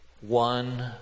one